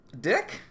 Dick